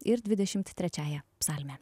ir dvidešimt trečiąja psalme